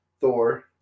Thor